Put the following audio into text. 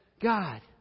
God